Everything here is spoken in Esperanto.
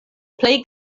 plej